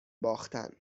باختن